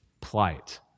plight